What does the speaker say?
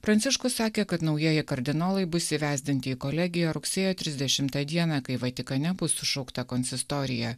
pranciškus sakė kad naujieji kardinolai bus įvesdinti į kolegiją rugsėjo trisdešimtą dieną kai vatikane bus sušaukta konsistorija